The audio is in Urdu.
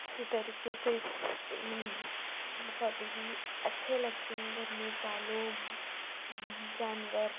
اسی طریقے سے بہت ہی اچھے لگتے ہیں گھر میں پالو جانور